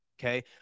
Okay